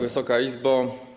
Wysoka Izbo!